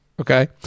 Okay